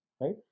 right